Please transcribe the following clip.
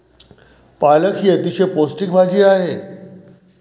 पालक ही अतिशय पौष्टिक भाजी आहे